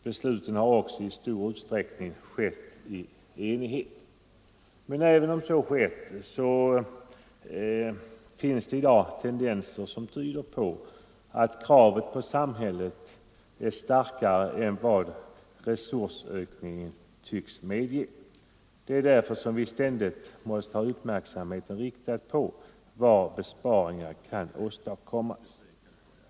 Besluten har också i stor utsträckning fattats i enighet. Men även om så skett finns det i dag tendenser som tyder på att kravet på samhället är starkare än vad resursökningen tycks medge. Det är därför som vi ständigt måste ha uppmärksamheten riktad på var besparingar kan åstadkommas.